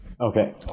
Okay